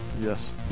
Yes